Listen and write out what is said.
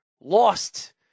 lost